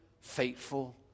Faithful